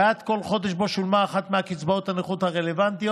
בעד כל חודש שבו שולמה אחת מקצבאות הנכות הרלוונטיות.